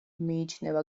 მიიჩნევა